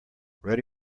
ready